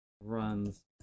Runs